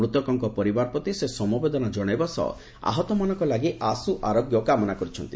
ମୃତକଙ୍କ ପରିବାର ପ୍ରତି ସେ ସମବେଦନା ଜଣାଇବା ସହ ଆହତମାନଙ୍କ ଲାଗି ଆଶୁ ଆରୋଗ୍ୟ କାମନା କରିଛନ୍ତି